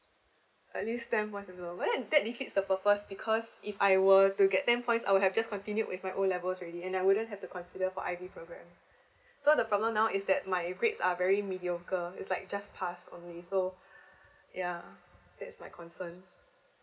at least ten point to go when that it fits the purpose because if I were to get ten points I would have just continue with my O levels already and I wouldn't have to consider for I_B program so the problem now is that my grades are very mediocre it's like just pass only so yeah that's my concern